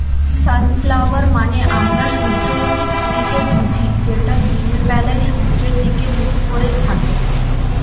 sunflower মানে আমরা সূর্যমুখী ফুলকে বুঝি যেটা দিনের বেলায় সূর্যের দিকে মুখ করে থাকে